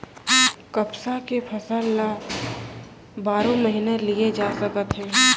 कपसा के फसल ल बारो महिना लिये जा सकत हे